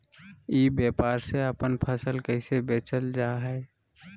ई व्यापार से अपन फसल कैसे बेचल जा हाय?